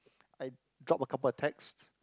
I drop a couple of text